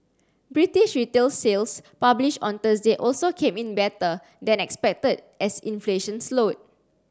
British retail sales published on Thursday also came in better than expected as inflation slowed